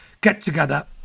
get-together